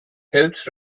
helps